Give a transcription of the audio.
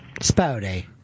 Spouty